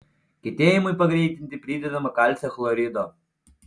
kietėjimui pagreitinti pridedama kalcio chlorido